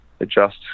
adjust